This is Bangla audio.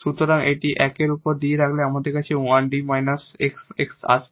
সুতরাং এটি 1 এর ওপর D রাখলে আমাদের কাছে 1 𝐷 − 𝑋 𝑋 আসবে